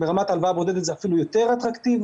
ברמת ההלוואה הבודדת זה אפילו יותר אטרקטיבי,